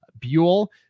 buell